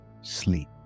sleep